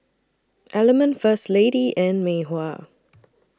Element First Lady and Mei Hua